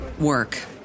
work